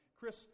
Chris